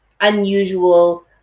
Unusual